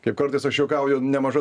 kaip kartais aš juokauju nemaža